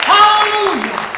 Hallelujah